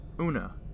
Una